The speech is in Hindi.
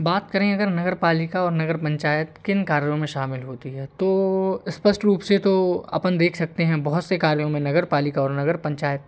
बात करें अगर नगर पालिका और नगर पंचायत किन कार्यों में शामिल होती है तो स्पष्ट रूप से तो अपन देख सकते हैं बहुत से कार्यों में नगर पालिका और नगर पंचायत